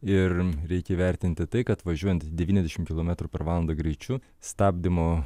ir reikia įvertinti tai kad važiuojant devyniasdešimt kilometrų per valandą greičiu stabdymo